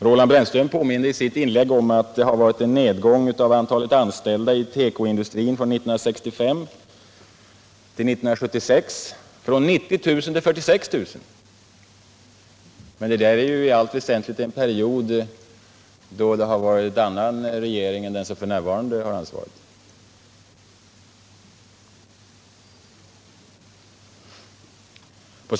Roland Brännström påminde i sitt inlägg om att vi har haft en nedgång i antalet anställda inom tekoindustrin från 90 000 år 1965 till 46 000 år 1976. Men den tiden är ju i allt väsentligt en period då det var en annan regering än den som f.n. har ansvaret.